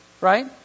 Right